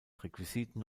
requisiten